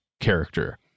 character